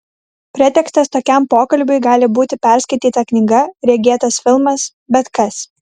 pretekstas tokiam pokalbiui gali būti perskaityta knyga regėtas filmas bet kas